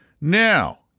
Now